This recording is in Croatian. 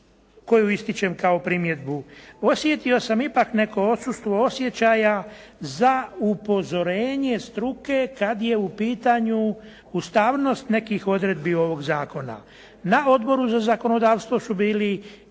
koju ističem kao primjedbu. Osjetio sam ipak neko odsustvo osjećaja za upozorenje struke kada je u pitanju ustavnost nekih odredbi ovog zakona. Na Odboru za zakonodavstvo su bili